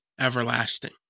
everlasting